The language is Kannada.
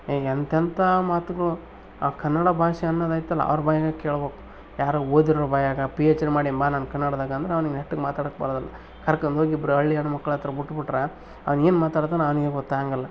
ಈಗ ಎಂತೆಂಥ ಮಾತುಗಳು ಆ ಕನ್ನಡ ಭಾಷೆ ಅನ್ನೋದು ಐತಲ್ಲಾ ಅವ್ರ ಬಾಯಾಗೆ ಕೇಳ್ಬೋಕು ಯಾರೋ ಒಜರ್ ಬಾಯಾಗ ಪಿ ಹೆಚ್ ಡಿ ಮಾಡೀನ್ ಬಾ ನಾನು ಕನ್ನಡದಾಗೆ ಅಂದ್ರೆ ಅವ್ನಿಗೆ ನೆಟ್ಟಗೆ ಮಾತಾಡೋಕ್ ಬರೋದಿಲ್ಲ ಕರ್ಕೊಂಡು ಹೋಗಿ ಇಬ್ರು ಹಳ್ಳಿ ಹೆಣ್ಮಕ್ಳಹತ್ರ ಬಿಟ್ ಬಿಟ್ರೆ ಅವ್ನೇನು ಮಾತಾಡ್ತಾನೋ ಅವನಿಗೆ ಗೊತ್ತಾಗೊಂಗಿಲ್ಲ